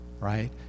right